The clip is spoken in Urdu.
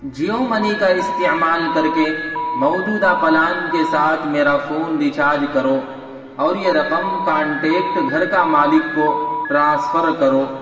جیو منی کا استعمال کر کے موجودہ پلان کے ساتھ میرا فون ریچارج کرو اور یہ رقم کانٹیکٹ گھر کا مالک کو ٹرانسفر کرو